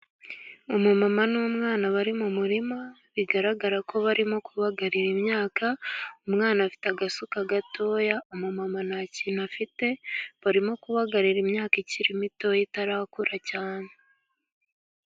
Umumama n'umwana bari mu murima bigaragara ko barimo kubagarira imyaka umwana afite agasuka gatoya umumama ntakintu afite barimo kubagarira imyaka ikiri mitoya itarakura cyane.